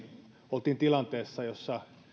oltiin tilanteessa jossa